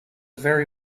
very